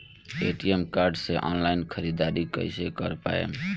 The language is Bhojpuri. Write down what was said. ए.टी.एम कार्ड से ऑनलाइन ख़रीदारी कइसे कर पाएम?